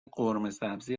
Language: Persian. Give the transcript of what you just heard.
قرمهسبزی